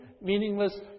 meaningless